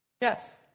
Yes